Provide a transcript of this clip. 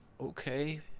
okay